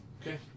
Okay